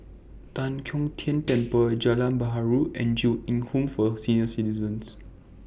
Tan Kong Tian Temple Jalan Perahu and Ju Eng Home For Senior Citizens